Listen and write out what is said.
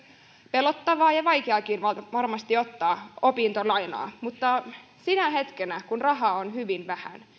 pelottavaa ja vaikeaakin varmasti ottaa opintolainaa mutta sinä hetkenä kun rahaa on hyvin vähän